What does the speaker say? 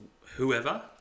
whoever